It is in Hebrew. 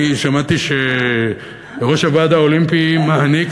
אני שמעתי שראש הוועד האולימפי מעניק